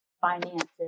finances